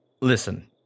Listen